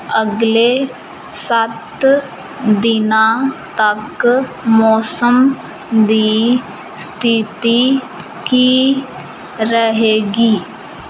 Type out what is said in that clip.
ਅਗਲੇ ਸੱਤ ਦਿਨਾਂ ਤੱਕ ਮੌਸਮ ਦੀ ਸਥਿਤੀ ਕੀ ਰਹੇਗੀ